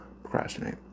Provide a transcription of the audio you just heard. procrastinate